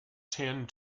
tend